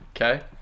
Okay